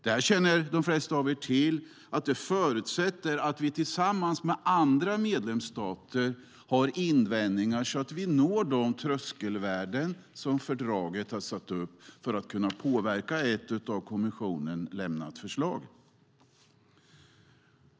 De flesta av er känner till att detta förutsätter att vi tillsammans med andra medlemsstater har invändningar så att vi når de tröskelvärden som fördraget har satt upp för att vi ska kunna påverka ett av kommissionen lämnat förslag.